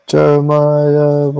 Jeremiah